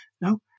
no